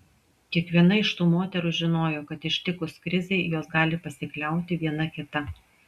kiekviena iš tų moterų žinojo kad ištikus krizei jos gali pasikliauti viena kita